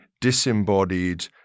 disembodied